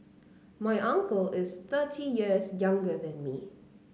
my uncle is thirty years younger than me